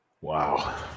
Wow